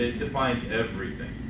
ah defines everything,